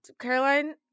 Caroline